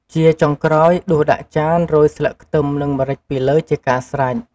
ជាចុងក្រោយ ដួសដាក់ចានរោយស្លឹកខ្ទឹម និងម្រេចពីលើជាការស្រេច។